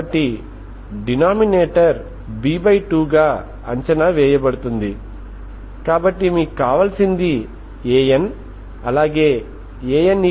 కాబట్టి స్థిరమైన స్థితి ఉష్ణోగ్రత లాప్లేస్ సమీకరణాన్ని సంతృప్తిపరుస్తుంది కాబట్టి మీరు xy∈D పై మాత్రమే ఆధారపడి ఉంటుంది